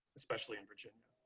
especially in virginia.